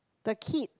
the keep